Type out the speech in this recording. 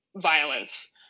violence